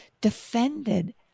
defended